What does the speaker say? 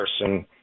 person